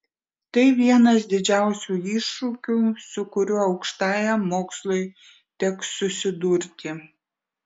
tai vienas didžiausių iššūkių su kuriuo aukštajam mokslui teks susidurti